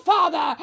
Father